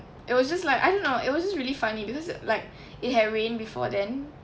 it was just like I don't know it was just really funny because like it had rain before then